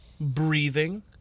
breathing